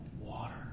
water